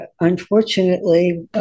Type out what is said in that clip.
unfortunately